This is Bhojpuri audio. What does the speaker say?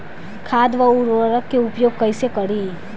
खाद व उर्वरक के उपयोग कईसे करी?